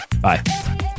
bye